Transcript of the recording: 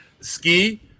ski